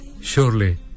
surely